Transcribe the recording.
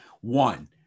One